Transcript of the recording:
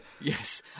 Yes